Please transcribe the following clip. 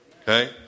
Okay